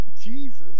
Jesus